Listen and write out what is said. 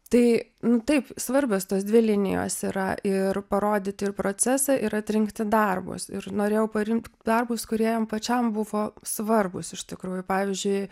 tai nu taip svarbios tos dvi linijos yra ir parodyti ir procesą ir atrinkti darbus ir norėjau parinkt darbus kurie jam pačiam buvo svarbūs iš tikrųjų pavyzdžiui